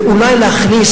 ואולי להכניס,